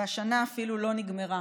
והשנה אפילו לא נגמרה.